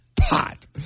pot